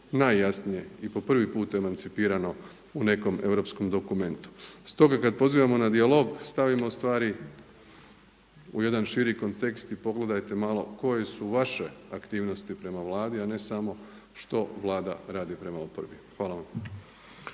najjasnije i po prvi put emancipirano u nekom europskom dokumentu. Stoga kad pozivamo na dijalog stavimo u stvari u jedan širi kontekst i pogledajte malo koje su vaše aktivnosti prema Vladi, a ne samo što Vlada radi prema oporbi. Hvala vam.